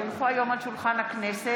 כי הונחו היום על שולחן הכנסת,